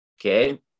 Okay